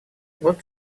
вот